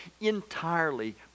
entirely